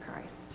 christ